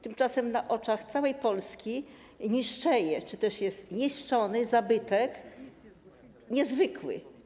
Tymczasem na oczach całej Polski niszczeje czy też jest niszczony zabytek niezwykły.